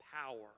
power